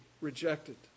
rejected